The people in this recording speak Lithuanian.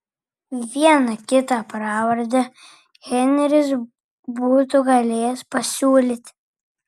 vieną kitą pravardę henris būtų galėjęs pasiūlyti